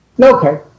okay